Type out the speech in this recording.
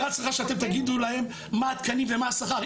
צריכה שאתם תגידו להם מה התקנים ומה השכר.